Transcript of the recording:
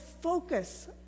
Focus